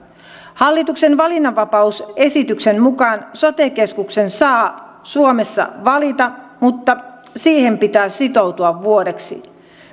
hallituksen valinnanvapausesityksen mukaan sote keskuksen saa suomessa valita mutta siihen pitää sitoutua vuodeksi